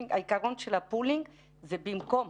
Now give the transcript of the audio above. העיקרון של הפולינג זה במקום